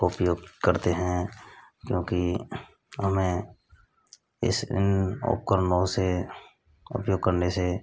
को उपयोग करते हैं क्योंकि हमें इस इन उपकरणों से उपयोग करने से